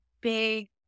big